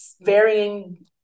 varying